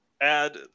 add